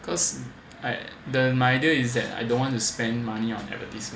cause I the my idea is that I don't want to spend money on advertisement